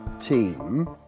Team